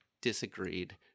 disagreed